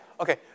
Okay